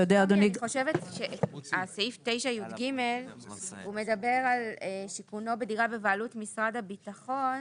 אני חושבת שסעיף 9יג מדבר על שיכונו בדירה בבעלות משרד הביטחון,